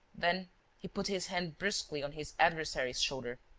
then he put his hand brusquely on his adversary's shoulder